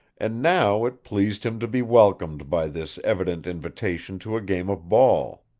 and now it pleased him to be welcomed by this evident invitation to a game of ball.